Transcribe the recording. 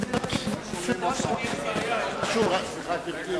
הסדר הקבע, סליחה, גברתי,